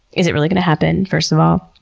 is it really going to happen, first of all?